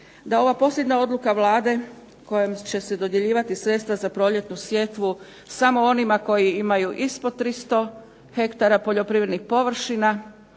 da ova posljednja odluka Vlade kojom će se dodjeljivati sredstva za proljetnu sjetvu samo onima koji imaju ispod 300 hektara poljoprivrednih površina,